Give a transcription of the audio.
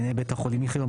מנהל בית החולים איכילוב,